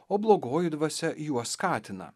o blogoji dvasia juos skatina